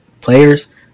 players